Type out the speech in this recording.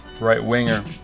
right-winger